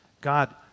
God